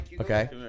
Okay